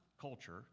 culture